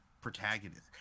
protagonist